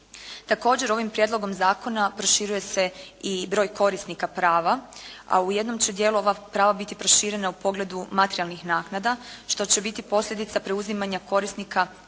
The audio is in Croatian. Također ovim prijedlogom zakona proširuje se i broj korisnika prava, a u jednom će dijelu ova prava biti proširena u pogledu materijalnih naknada što će biti posljedica preuzimanja korisnika